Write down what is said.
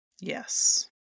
Yes